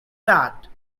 that